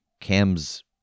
Cam's